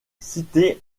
située